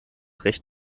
recht